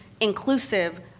inclusive